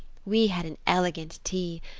we had an elegant tea.